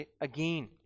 again